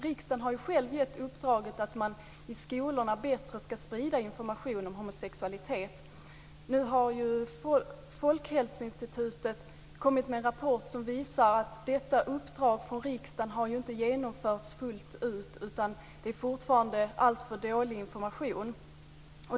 Riksdagen har själv gett uppdraget att man i skolorna bättre ska sprida information om homosexualitet. Nu har Folkhälsoinstitutet kommit med en rapport som visar att detta uppdrag från riksdagen inte har genomförts fullt ut. Det är fortfarande alltför dålig information.